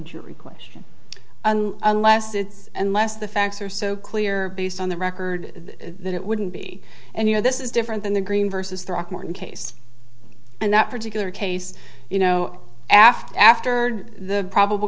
jury question unless it's unless the facts are so clear based on the record then it wouldn't be and you know this is different than the green vs throckmorton case and that particular case you know after after the probable